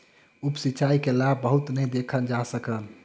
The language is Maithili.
उप सिचाई के लाभ बहुत नै देखल जा सकल